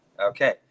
okay